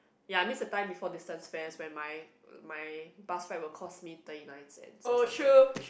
ya I mean the time before distance fare when my my bus will right cost me thirty nine cents or something